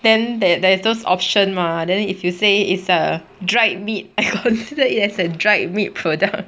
then there there is those option mah then if you say is a dried meat I consider it as a dried meat product